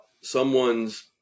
someone's